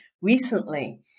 recently